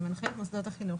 הוא מנחה את מוסדות החינוך,